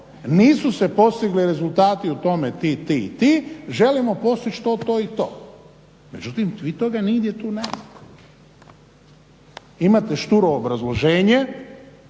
Nisu se postigli rezultati u tome ti, ti i ti. Želimo postići to, to i to. Međutim, vi toga nigdje tu nemate. Imate šturo obrazloženje.